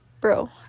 bro